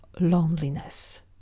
loneliness